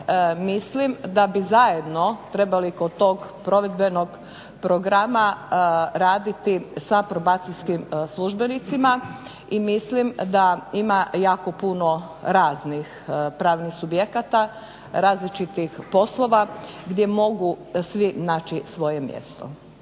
mislim da bi zajedno trebali kod tog provedbenog programa raditi sa probacijskim službenicima i mislim da ima jako puno raznih pravnih subjekata, različitih poslova gdje mogu svi naći svoje mjesto.